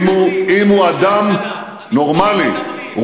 אם הוא אדם נורמלי,